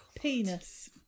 Penis